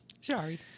Sorry